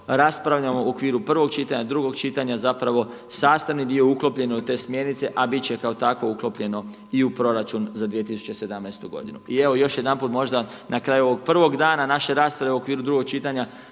raspravljamo u okviru prvog čitanja, drugog čitanja, zapravo sastavni dio uklopljeno u te smjernice, a bit će kao takvo uklopljeno i u proračun za 2017. godinu. I evo još jedanput možda na kraju ovog prvog dana naše rasprave u okviru drugog čitanja